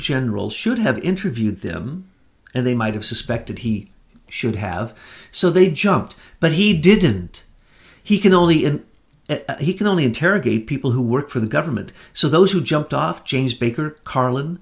general should have interviewed them and they might have suspected he should have so they jumped but he didn't he can only in he can only interrogate people who work for the government so those who jumped off james baker carl